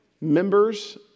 members